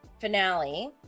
finale